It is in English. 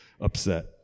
upset